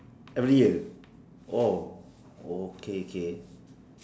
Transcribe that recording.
every year oh okay okay